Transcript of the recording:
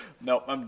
Nope